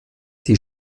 die